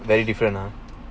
very different lah